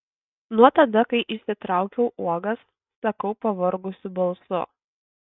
nuo tada kai išsitraukiau uogas sakau pavargusiu balsu